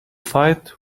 fight